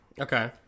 Okay